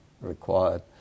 required